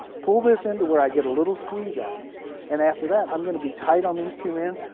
pull this into where i get a little squeeze-out and, after that, i'm going to be tight on these two ends,